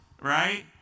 right